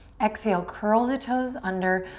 exhale, curl the toes under,